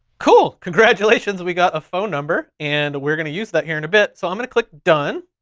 cool, congratulations. we got a phone number, and we're gonna use that here in a bit. so i'm gonna click done.